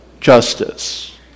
justice